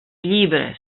llibres